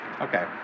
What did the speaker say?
okay